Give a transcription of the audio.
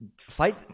Fight